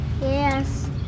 Yes